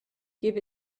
give